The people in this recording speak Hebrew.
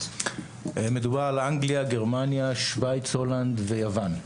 מדובר על אנגליה, גרמניה, שוויץ הולנד ויוון.